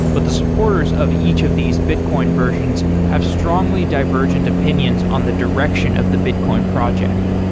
but the supporters of each of these bitcoin versions have strongly divergent opinions on the direction of the bitcoin project.